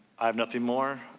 i have nothing more.